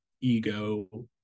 ego